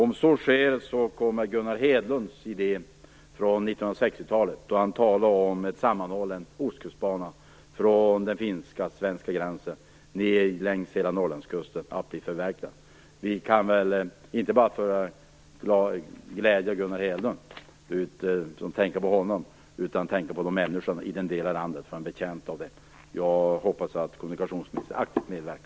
Om så sker kommer Gunnar Hedlunds idé från 1960-talet, då han talade om en sammanhållen ostkustbana från den finsk-svenska gränsen och ned längs hela Norrlandskusten, att bli förverkligad. Det skulle dessutom också glädja människorna i den del av landet som är betjänt av detta.